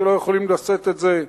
שלא יכולים לשאת את זה,